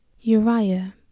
Uriah